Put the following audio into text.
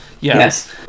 Yes